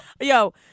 yo